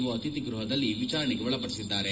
ಒ ಅತಿಥಿ ಗೃಹದಲ್ಲಿ ವಿಚಾರಣೆಗೆ ಒಳಪಡಿಸಿದ್ದಾರೆ